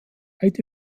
beide